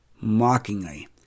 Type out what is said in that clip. mockingly